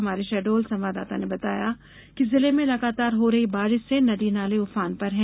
हमारे शहडोल संवाददाता ने बताया कि जिले में लगातार हो रही बारिश से नदी नाले ऊफान पर हैं